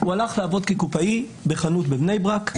הוא הלך לעבוד כקופאי בחנות בבני ברק,